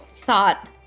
thought